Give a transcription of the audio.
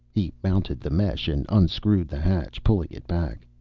he mounted the mesh and unscrewed the hatch, pulling it back.